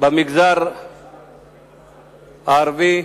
במגזר הערבי,